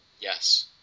Yes